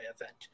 event